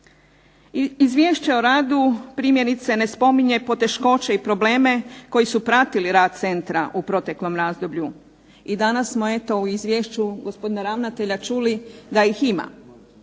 Izvješće o radu primjerice ne spominje poteškoće i probleme koji su pratili rad centra u proteklom razdoblju i danas smo eto u izvješću gospodina ravnatelja čuli da ih ima.